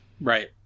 right